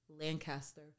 Lancaster